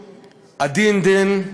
(אומר דברים בשפה הרוסית.)